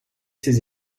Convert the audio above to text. ses